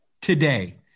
today